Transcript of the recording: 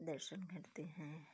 दर्शन करते हैं